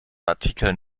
artikeln